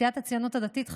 סיעת הציונות הדתית,